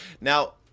Now